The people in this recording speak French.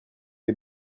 les